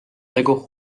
tegu